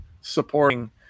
supporting